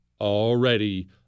already